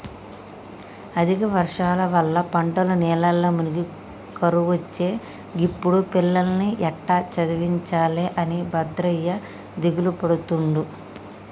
అధిక వర్షాల వల్ల పంటలు నీళ్లల్ల మునిగి కరువొచ్చే గిప్పుడు పిల్లలను ఎట్టా చదివించాలె అని భద్రయ్య దిగులుపడుతుండు